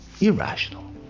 Irrational